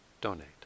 donate